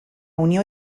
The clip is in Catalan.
unió